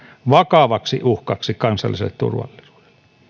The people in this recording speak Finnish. vakavaksi uhkaksi kansalliselle turvallisuudelle